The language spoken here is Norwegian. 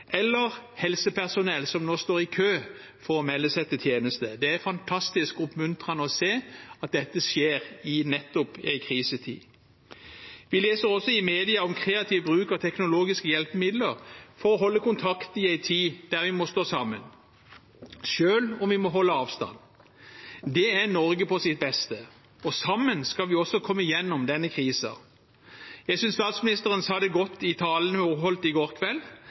eller helsepersonell som nå står i kø for å melde seg til tjeneste. Det er fantastisk oppmuntrende å se at dette skjer i nettopp en krisetid. Vi leser også i media om kreativ bruk av teknologiske hjelpemidler for å holde kontakt i en tid da vi må stå sammen, selv om vi må holde avstand. Dette er Norge på sitt beste, og sammen skal vi også komme oss gjennom denne krisen. Jeg synes statsministeren sa det godt i talen hun holdt i